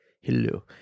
Hello